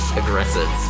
aggressive